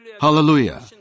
Hallelujah